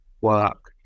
work